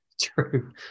True